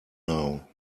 now